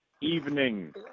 evening